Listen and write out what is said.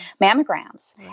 mammograms